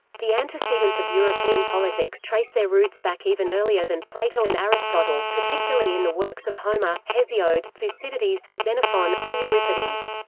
the antecedents of european politics trace their roots back even earlier than plato and aristotle, particularly in the works of homer, hesiod, thucydides, xenophon, and euripides.